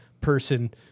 person